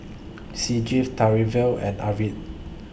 Sanjeev and Arvind